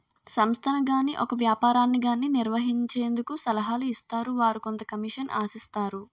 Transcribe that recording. సంస్థను గాని ఒక వ్యాపారాన్ని గాని నిర్వహించేందుకు సలహాలు ఇస్తారు వారు కొంత కమిషన్ ఆశిస్తారు